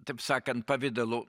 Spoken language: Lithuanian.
taip sakant pavidalu